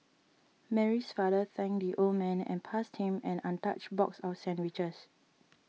Mary's father thanked the old man and passed him an untouched box of sandwiches